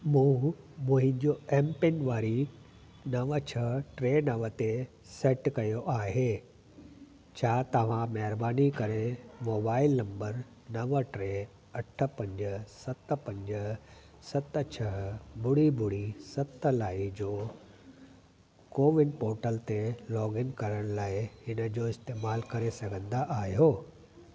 मूं मुंहिंजो M PIN वारी नव छह टे नव टे सेट कयो आहे छा तव्हां महिरबानी करे मोबाइल नंबर नव टे अठ पंज सत पंज सत छह ॿुड़ी ॿुड़ी सत लाइ जो कोविन पोर्टल ते लॉगइन करण लाइ हिन जो इस्तेमालु करे सघंदा आहियो